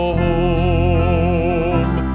home